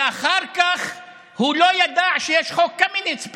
ואחר כך הוא לא ידע שיש חוק קמיניץ.